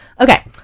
okay